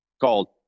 called